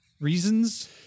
reasons